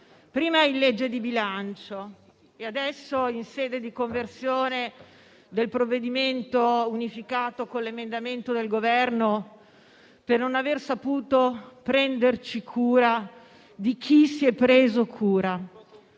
prima in legge di bilancio e adesso in sede di conversione del provvedimento unificato con l'emendamento del Governo per non aver saputo prenderci cura di chi si è preso cura,